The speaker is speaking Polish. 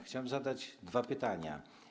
Chciałem zadać dwa pytania.